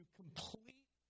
complete